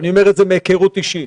אני אומר את זה מהיכרות אישית.